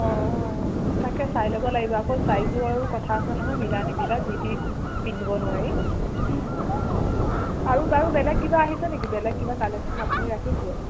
অঁ তাকে চাই ল'ব লাগিব আকৌ চাইজো আৰু কথা আছে নহয় মিলা নিমিলা যি তি পিন্ধিব নোৱাৰি আৰু বাৰু বেলেগ কিবা আহিছে নেকি বেলেগ কিবা কালেকশ্যন আপুনি ৰাখিছে